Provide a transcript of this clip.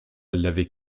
l’avait